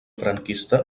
franquista